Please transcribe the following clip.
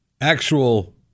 actual